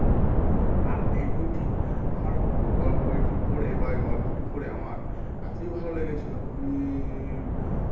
আর এই বইটি আমার গল বইটি পড়ে বা এই গল্পটি পড়ে আমার এতই ভালো লেগেছিলো আমি